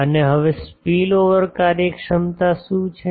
અને હવે સ્પીલઓવર કાર્યક્ષમતા શું છે